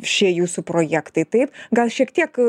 šie jūsų projektai taip gal šiek tiek